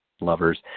lovers